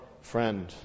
friend